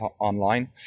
online